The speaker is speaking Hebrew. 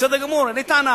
בסדר גמור, אין לי טענה.